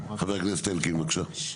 חבר הכנסת אלקין, בבקשה.